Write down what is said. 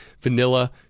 vanilla